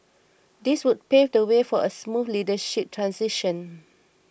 this would pave the way for a smooth leadership transition